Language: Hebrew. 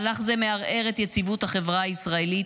מהלך זה מערער את יציבות החברה הישראלית,